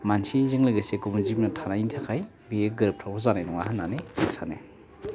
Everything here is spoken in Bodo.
मानसिजों लोगोसे गुबुन जिब जुनार थानायनि थाखाय बेयो गोरोबथाव जानाय नङा होननानै आं सानो